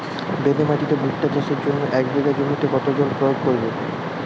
বেলে মাটিতে ভুট্টা চাষের জন্য এক বিঘা জমিতে কতো জল প্রয়োগ করব?